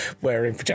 wearing